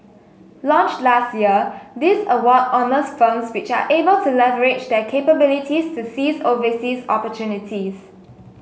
launched last year this award honours firms which are able to leverage their capabilities to seize overseas opportunities